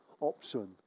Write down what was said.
option